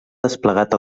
desplegat